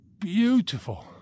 beautiful